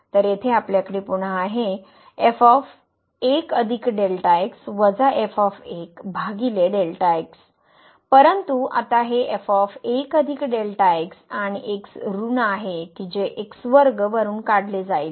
तर येथे आपल्याकडे पुन्हा आहे परंतु आता हे f 1 Δ x आणि x ऋण आहे कि जे वरून काढले जाईल